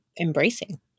embracing